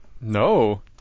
No